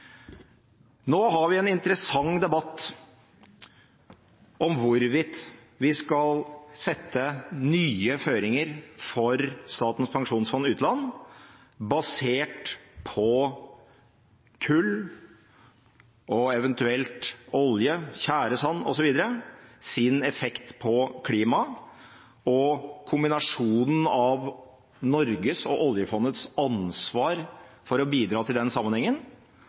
Nå har vi en interessant debatt om hvorvidt vi skal legge nye føringer for Statens pensjonsfond utland basert på effekten av kull og eventuelt olje og tjæresand osv. på klimaet og kombinasjonen av Norges og oljefondets ansvar for å bidra til den sammenhengen